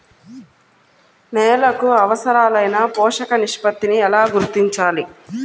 నేలలకు అవసరాలైన పోషక నిష్పత్తిని ఎలా గుర్తించాలి?